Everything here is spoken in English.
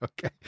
okay